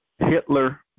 Hitler